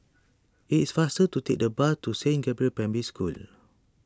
it is faster to take the bus to Saint Gabriel's Primary School